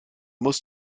muss